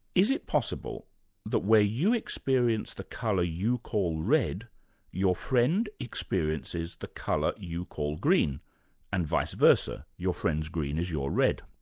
is it possible that where you experience the colour you call red your friend experiences the colour you call green and vice versa your friend's green is your red.